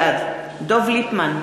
בעד דב ליפמן,